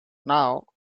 now